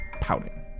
pouting